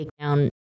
takedown